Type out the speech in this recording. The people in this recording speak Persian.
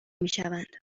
میشوند